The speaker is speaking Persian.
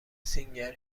سینگر